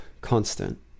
constant